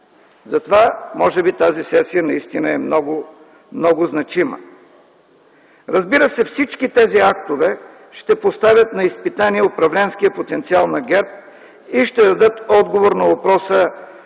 Затова може би тази сесия наистина е много, много значима. Разбира се, всички тези актове ще поставят на изпитание управленския потенциал на ГЕРБ и ще дадат отговор на въпроса: